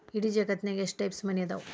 ಇಡೇ ಜಗತ್ತ್ನ್ಯಾಗ ಎಷ್ಟ್ ಟೈಪ್ಸ್ ಮನಿ ಅದಾವ